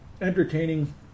Entertaining